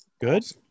Good